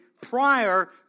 prior